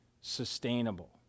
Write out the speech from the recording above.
sustainable